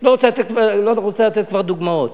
לא רוצה לומר כבר דוגמאות.